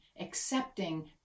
accepting